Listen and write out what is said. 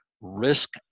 risk